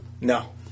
No